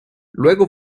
luego